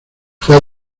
fue